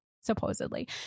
supposedly